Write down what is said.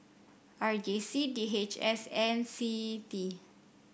R J C D H S and CITI